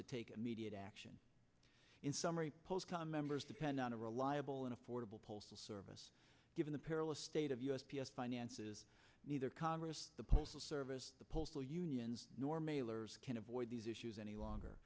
to take immediate action in summary post time members depend on a reliable and affordable postal service given the perilous state of u s p s finances neither congress the postal service the postal unions nor mailers can avoid these issues any longer